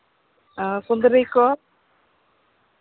ᱚ ᱠᱩᱸᱫᱽᱨᱤ ᱠᱚ